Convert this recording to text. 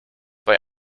bei